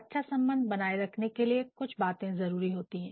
अच्छा संबंध बनाए रखने के लिए कुछ बातें जरूरी होती है